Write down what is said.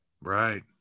Right